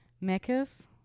Meccas